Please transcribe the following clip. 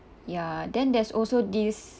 ya then there's also this